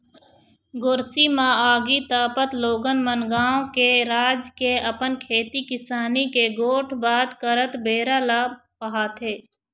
गोरसी म आगी तापत लोगन मन गाँव के, राज के, अपन खेती किसानी के गोठ बात करत बेरा ल पहाथे